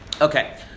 Okay